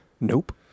Nope